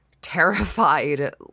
terrified